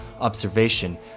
observation